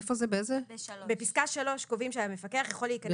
איך המפקח יכול להיכנס